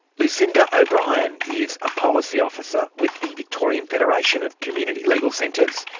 lucinda o'brien is a policy officer with the victorian federation of community legal centres.